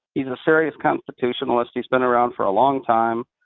he's a serious constitutionalist. he's been around for a long time,